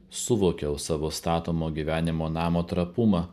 suvokiau savo statomo gyvenimo namo trapumą